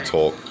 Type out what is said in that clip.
Talk